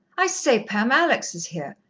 i say, pam, alex is here.